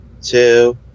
two